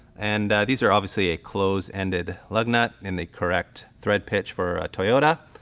and these are obviously a close-ended lug nut in the correct thread pitch for a toyota.